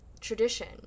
tradition